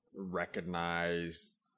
recognize